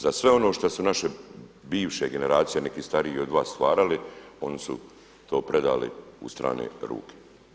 Za sve ono što su naše bivše generacije, neki stariji od vas stvarali oni su to predali u strane ruke.